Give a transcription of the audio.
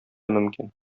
мөмкин